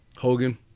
Hogan